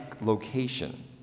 location